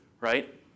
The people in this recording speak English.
Right